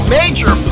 major